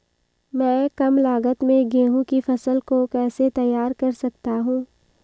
मैं कम लागत में गेहूँ की फसल को कैसे तैयार कर सकता हूँ?